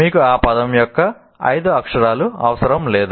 మీకు ఆ పదం యొక్క ఐదు అక్షరాలు అవసరం లేదు